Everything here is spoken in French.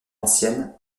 anciennes